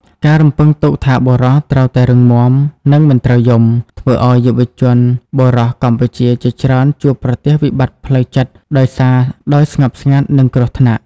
ការរំពឹងទុកថាបុរសត្រូវតែរឹងមាំ និងមិនត្រូវយំ ធ្វើឱ្យយុវជនបុរសកម្ពុជាជាច្រើនជួបប្រទះវិបត្តិផ្លូវចិត្តដោយស្ងប់ស្ងាត់ និងគ្រោះថ្នាក់។